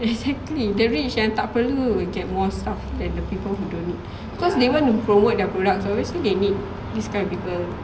exactly the rich yang tak perlu they get more stuff than the people who need need cause they want promote their products obviously can make this kind of people